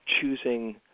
choosing